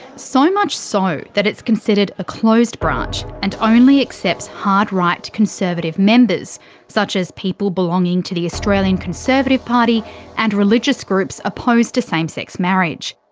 so much so that it's considered a closed branch and only accepts hard right, conservative members such as people belonging to the australian conservative party and religious groups opposed to same sex marriage.